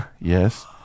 yes